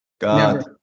God